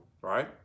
right